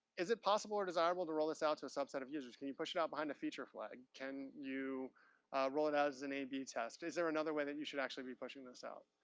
is it possible or desirable to roll this out to a subset of users? can you push it out behind a feature flag? can you roll it out as an ab test? is there another way that you should actually be pushing this out?